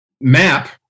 map